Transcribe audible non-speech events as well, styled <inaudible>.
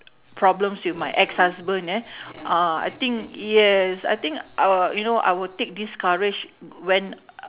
problems with my ex-husband eh <breath> uh I think yes I think I wi~ you know I will take this courage when